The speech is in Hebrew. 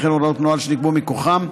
וכן הוראות נוהל שנקבעו מכוחם,